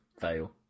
fail